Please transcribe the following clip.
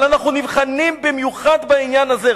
אבל אנחנו נבחנים במיוחד בעניין הזה.